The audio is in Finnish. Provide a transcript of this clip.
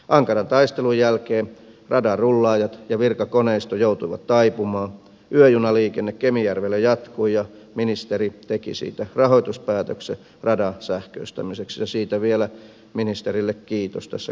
ankaran taistelun jälkeen radan rullaajat ja virkakoneisto joutuivat taipumaan yöjunaliikenne kemijärvelle jatkui ja ministeri teki siitä rahoituspäätöksen radan sähköistämiseksi siitä vielä ministerille kiitos tässä kaikkien kuullen